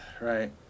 Right